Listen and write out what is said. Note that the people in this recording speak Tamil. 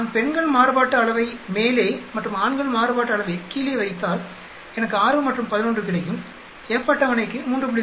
நான் பெண்கள் மாறுபாட்டு அளவை மேலே மற்றும் ஆண்கள் மாறுபாட்டு அளவை கீழே வைத்தால் எனக்கு 6 மற்றும் 11 கிடைக்கும் F அட்டவணைக்கு 3